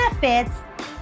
benefits